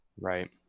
Right